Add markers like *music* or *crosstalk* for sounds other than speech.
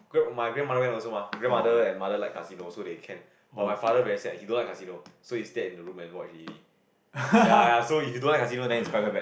oh okay oh *laughs*